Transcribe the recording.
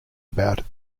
about